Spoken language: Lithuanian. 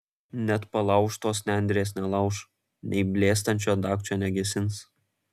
net palaužtos nendrės nelauš nei blėstančio dagčio negesins